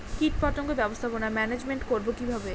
কীটপতঙ্গ ব্যবস্থাপনা ম্যানেজমেন্ট করব কিভাবে?